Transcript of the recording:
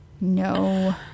No